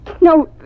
No